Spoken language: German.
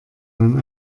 man